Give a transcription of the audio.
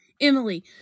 Emily